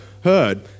heard